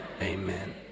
Amen